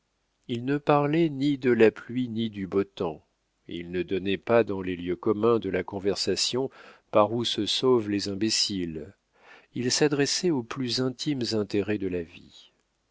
il ne parlait ni de la pluie ni du beau temps il ne donnait pas dans les lieux communs de la conversation par où se sauvent les imbéciles il s'adressait aux plus intimes intérêts de la vie